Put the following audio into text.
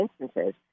instances